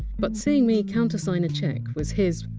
but seeing me countersign a cheque was his!